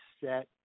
set